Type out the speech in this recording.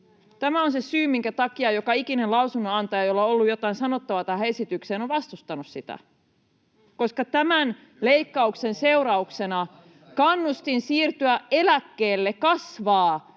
Tämä on se syy, minkä takia joka ikinen lausunnonantaja, jolla on ollut jotain sanottavaa tähän esitykseen, on vastustanut sitä, [Petri Huru: Työstä kuuluu maksaa